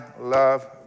love